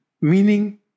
meaning